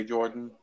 Jordan